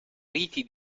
riti